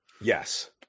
yes